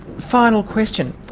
final question